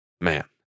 Man